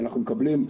אנחנו מקבלים,